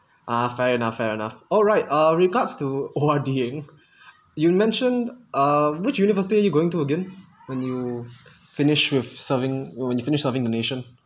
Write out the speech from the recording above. ah fair enough fair enough alright uh regards to O_R_D-ing you mentioned uh which university are you going to again when you finish with serving when you finished serving the nation